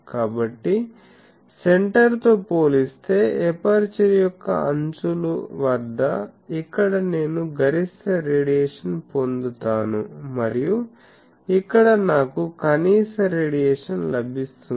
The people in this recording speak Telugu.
కాబట్టి సెంటర్ తో పోలిస్తే ఎపర్చరు యొక్క అంచులు వద్ద ఇక్కడ నేను గరిష్ట రేడియేషన్ పొందుతాను మరియు ఇక్కడ నాకు కనీస రేడియేషన్ లభిస్తుంది